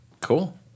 Cool